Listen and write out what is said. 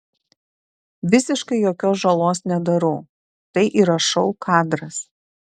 visiškai jokios žalos nedarau tai yra šou kadras